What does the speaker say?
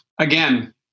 again